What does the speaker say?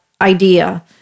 idea